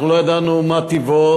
אנחנו לא ידענו מה טיבו,